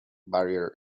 barrier